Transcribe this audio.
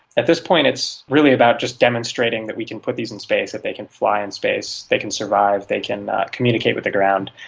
at this point it's really about just demonstrating that we can put these in space, that they can fly in and space, they can survive, they can communicate with the ground.